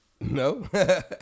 no